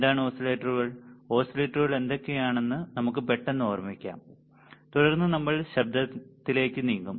എന്താണ് ഓസിലേറ്ററുകൾ ഓസിലേറ്ററുകൾ എന്തൊക്കെയാണെന്ന് നമുക്ക് പെട്ടെന്ന് ഓർമ്മിക്കാം തുടർന്ന് നമ്മൾ ശബ്ദത്തിലേക്ക് നീങ്ങും